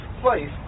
place